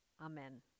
Amen